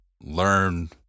learn